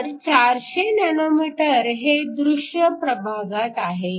तर 400 नॅनोमीटर हे दृश्य प्रभागात आहे